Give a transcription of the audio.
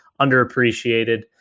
underappreciated